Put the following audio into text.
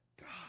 God